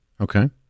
Okay